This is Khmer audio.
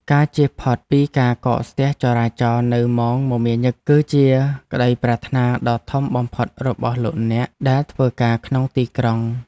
ការជៀសផុតពីការកកស្ទះចរាចរណ៍នៅម៉ោងមមាញឹកគឺជាក្តីប្រាថ្នាដ៏ធំបំផុតរបស់លោកអ្នកដែលធ្វើការក្នុងទីក្រុង។